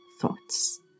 thoughts